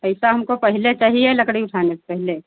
पैसा हमको पहले चाहिए लकड़ी उठाने से पहले